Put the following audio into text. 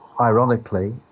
ironically